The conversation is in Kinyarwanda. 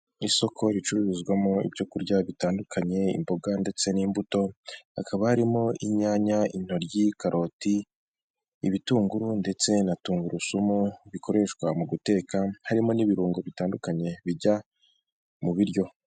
Isoko ricururizwamo ibyokurya bitandukanye, imboga ndetse n'imbuto. Hakaba harimo inyanya, intoryi, karoti, ibitunguru ndetse na tungurusumu bikoreshwa mu guteka; harimo n'ibirungo bitandukanye bijya mu biryo.